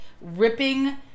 ripping